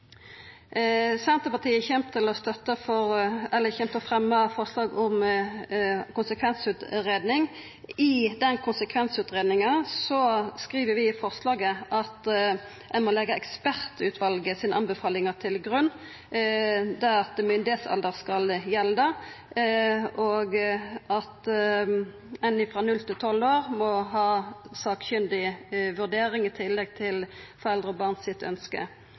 Senterpartiet kjem til å fremja forslag om konsekvensutgreiing. I den konsekvensutgreiinga skriv vi i forslaget at ein må leggja anbefalingane frå ekspertutvalet til grunn: at myndigalder skal gjelda, og at ein for dei mellom 0 og 12 år må ha sakkunnig vurdering i tillegg til ønske frå foreldre og barn.